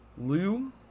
Lou